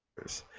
is